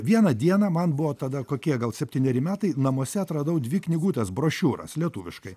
vieną dieną man buvo tada kokie gal septyneri metai namuose atradau dvi knygutes brošiūras lietuviškai